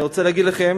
אני רוצה להגיד לכם